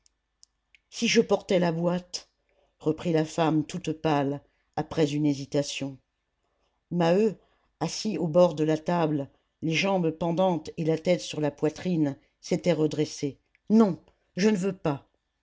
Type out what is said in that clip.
si je portais la boîte reprit la femme toute pâle après une hésitation maheu assis au bord de la table les jambes pendantes et la tête sur la poitrine s'était redressé non je ne veux pas